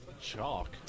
Chalk